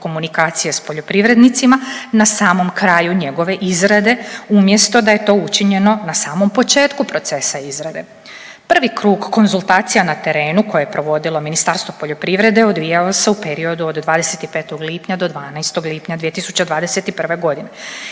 komunikacije s poljoprivrednicima na samom kraju njegove izrade umjesto da je to učinjeno na samom početku procesa izrade? Prvi krug konzultacija na terenu koje je provodilo Ministarstvo poljoprivrede odvijao se u periodu od 25. lipnja do 12. lipnja 2021. godine.